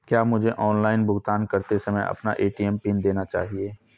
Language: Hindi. क्या मुझे ऑनलाइन भुगतान करते समय अपना ए.टी.एम पिन देना चाहिए?